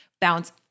bounce